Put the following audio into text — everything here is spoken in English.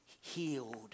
healed